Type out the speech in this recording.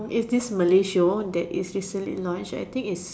it's this Malay show that it's recently launched I think it's